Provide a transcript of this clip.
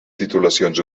titulacions